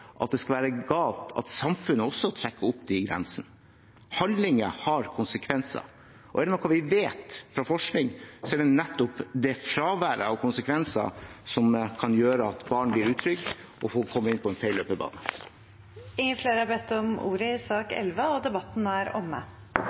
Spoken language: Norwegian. at det skal være galt at samfunnet også trekker opp de grensene. Handlinger har konsekvenser. Er det noe vi vet fra forskning, er det nettopp at fraværet av konsekvenser kan gjøre at barn blir utrygge og kommer inn på en feil løpebane. Flere har ikke bedt om ordet til sak nr. 11. Etter ønske fra justiskomiteen vil presidenten ordne debatten